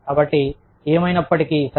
కాబట్టి ఏమైనప్పటికీ సరే